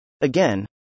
Again